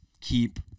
keep